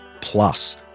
plus